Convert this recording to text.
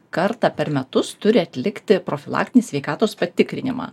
kartą per metus turi atlikti profilaktinį sveikatos patikrinimą